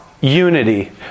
unity